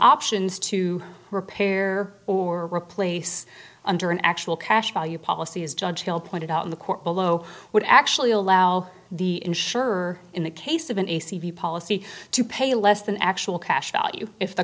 options to repair or replace under an actual cash value policy as judge hill pointed out in the court below would actually allow the insurer in the case of an a c v policy to pay less than actual cash value if the